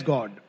God